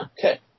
Okay